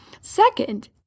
Second